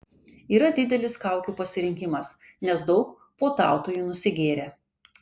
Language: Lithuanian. yra didelis kaukių pasirinkimas nes daug puotautojų nusigėrė